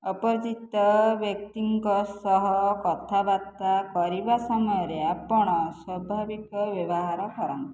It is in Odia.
ଅପରିଚିତ ବ୍ୟକ୍ତିଙ୍କ ସହ କଥାବାର୍ତ୍ତା କରିବା ସମୟରେ ଆପଣ ସ୍ୱାଭାବିକ ବ୍ୟବହାର କରନ୍ତୁ